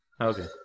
Okay